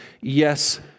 yes